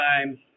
time